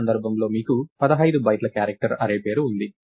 ఈ సందర్భంలో మీకు 15 బైట్ల క్యారక్టర్ అర్రేపేరు ఉంది